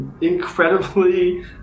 incredibly